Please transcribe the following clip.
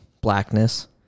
blackness